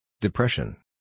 Depression